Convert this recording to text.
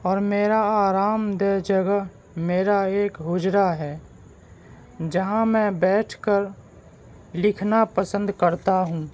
اور میرا آرام دہ جگہ میرا ایک حجرہ ہے جہاں میں بیٹھ کر لکھنا پسند کرتا ہوں